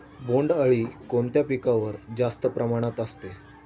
बोंडअळी कोणत्या पिकावर जास्त प्रमाणात असते?